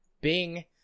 Bing